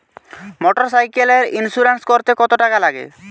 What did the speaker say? মোটরসাইকেলের ইন্সুরেন্স করতে কত টাকা লাগে?